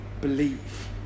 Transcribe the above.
believe